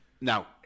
Now